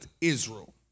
Israel